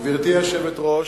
גברתי היושבת-ראש,